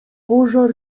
pożar